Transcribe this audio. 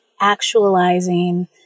actualizing